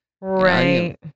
Right